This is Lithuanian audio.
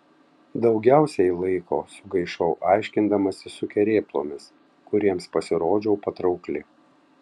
daugiausiai laiko sugaišau aiškindamasi su kerėplomis kuriems pasirodžiau patraukli